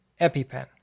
EpiPen